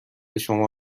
شما